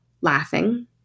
laughing